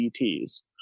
ETs